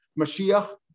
Mashiach